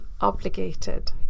obligated